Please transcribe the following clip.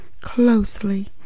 closely